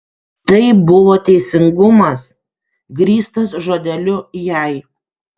tai buvo teisingumas grįstas žodeliu jei